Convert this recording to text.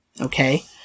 Okay